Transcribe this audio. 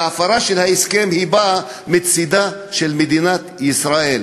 והפרה של ההסכם באה מצדה של מדינת ישראל,